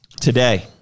Today